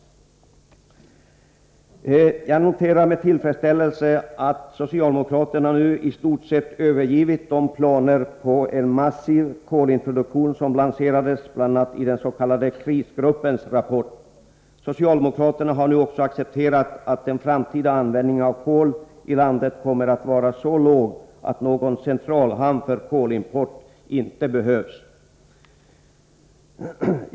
Jag noterar med tillfredsställelse att socialdemokraterna nu i stort sett övergivit de planer på en massiv kolintroduktion som lanserades bl.a. i den s.k. krisgruppens rapport. Socialdemokraterna har nu också accepterat att den framtida användningen av kol i landet kommer att vara så låg att någon centralhamn för kolimport inte behövs.